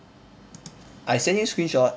I send you screenshot